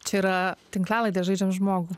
čia yra tinklalaidė žaidžiam žmogų